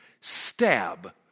stab